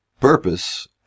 purpose